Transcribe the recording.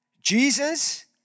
Jesus